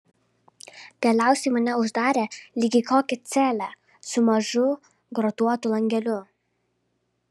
galiausiai mane uždarė lyg į kokią celę su mažu grotuotu langeliu